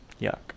Yuck